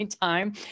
time